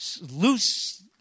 loose